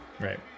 Right